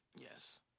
yes